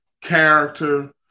character